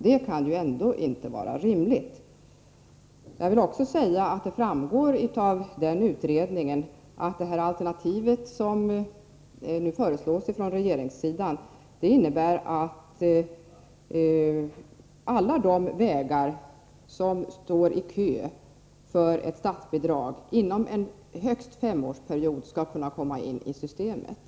Det kan ändå inte vara rimligt. Av utredningen framgår att alternativet som föreslås från regeringssidan innebär att alla de vägar som står i kö för statsbidrag inom högst en femårsperiod skall kunna komma in i systemet.